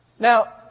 Now